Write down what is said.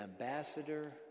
ambassador